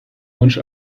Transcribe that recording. wunsch